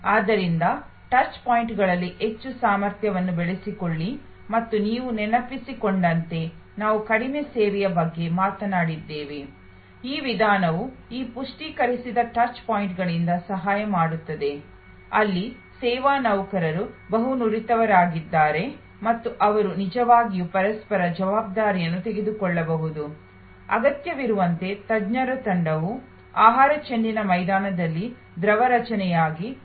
ಆದ್ದರಿಂದ ಟಚ್ ಪಾಯಿಂಟ್ಗಳಲ್ಲಿ ಹೆಚ್ಚು ಸಾಮರ್ಥ್ಯವನ್ನು ಬೆಳೆಸಿಕೊಳ್ಳಿ ಮತ್ತು ನೀವು ನೆನಪಿಸಿಕೊಂಡಂತೆ ನಾವು ಕಡಿಮೆ ಸೇವೆಯ ಬಗ್ಗೆ ಮಾತನಾಡಿದ್ದೇವೆ ಈ ವಿಧಾನವು ಈ ಪುಷ್ಟೀಕರಿಸಿದ ಟಚ್ ಪಾಯಿಂಟ್ಗಳಿಂದ ಸಹಾಯವಾಗುತ್ತದೆ ಅಲ್ಲಿ ಸೇವಾ ನೌಕರರು ಬಹು ನುರಿತವರಾಗಿದ್ದಾರೆ ಮತ್ತು ಅವರು ನಿಜವಾಗಿಯೂ ಪರಸ್ಪರ ಜವಾಬ್ದಾರಿಯನ್ನು ತೆಗೆದುಕೊಳ್ಳಬಹುದು ಅಗತ್ಯವಿರುವಂತೆ ತಜ್ಞರ ತಂಡವು ಆಹಾರ ಚೆಂಡಿನ ಮೈದಾನದಲ್ಲಿ ದ್ರವ ರಚನೆಯಾಗಿ